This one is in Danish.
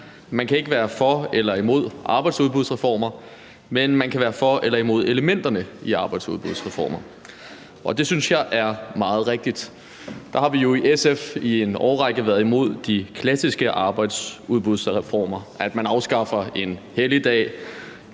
Man kan ikke være for eller imod arbejdsudbudsreformer, men man kan være for eller imod elementerne i arbejdsudbudsreformer. Det synes jeg er meget rigtigt. Der har vi jo i SF i en årrække været imod de klassiske arbejdsudbudsreformer, altså at man afskaffer en helligdag,